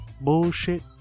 bullshit